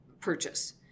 purchase